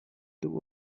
two